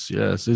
yes